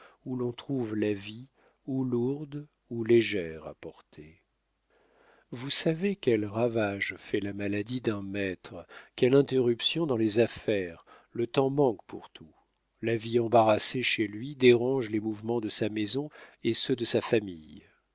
où l'on trouve la vie ou lourde ou légère à porter vous savez quel ravage fait la maladie d'un maître quelle interruption dans les affaires le temps manque pour tout la vie embarrassée chez lui dérange les mouvements de sa maison et ceux de sa famille